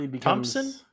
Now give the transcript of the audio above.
Thompson